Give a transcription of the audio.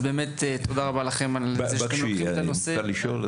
באמת תודה רבה לכם על זה שאתם לוקחים את הנושא --- מותר לשאול,